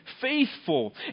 faithful